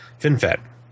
FinFET